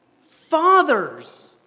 Fathers